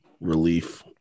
Relief